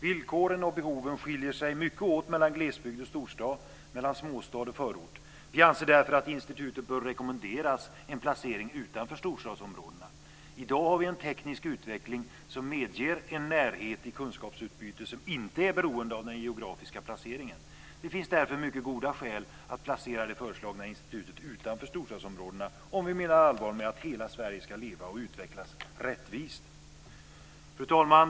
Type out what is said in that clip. Villkoren och behoven skiljer sig mycket åt mellan glesbygd och storstad och mellan småstad och förort. Vi anser därför att institutet bör rekommenderas en placering utanför storstadsområdena. I dag har vi en teknisk utveckling som medger en närhet i kunskapsutbyte som inte är beroende av den geografiska placeringen. Det finns därför mycket goda skäl att placera det föreslagna institutet utanför storstadsområdena om vi menar allvar med att hela Sverige ska leva och utvecklas rättvist. Fru talman!